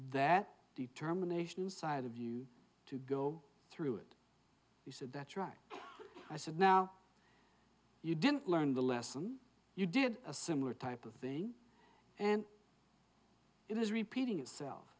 that determination inside of you to go through it he said that's right i said now you didn't learn the lesson you did a similar type of thing and it was repeating itself